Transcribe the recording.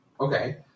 Okay